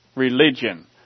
Religion